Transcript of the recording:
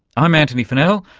i'm antony funnell,